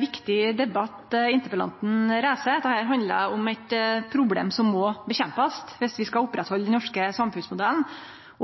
viktig debatt interpellanten reiser. Dette handlar om eit problem som vi må kjempe mot viss vi skal oppretthalde den norske samfunnsmodellen